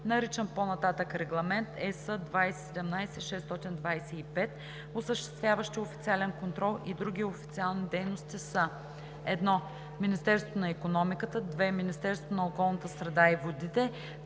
наричан по-нататък „Регламент (ЕС) 2017/625“, осъществяващи официален контрол и други официални дейности, са: 1. Министерството на икономиката; 2. Министерството на околната среда и водите;